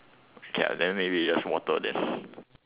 K lah then maybe just water then